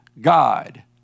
God